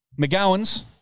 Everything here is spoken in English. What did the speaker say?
McGowan's